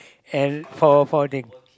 and for for the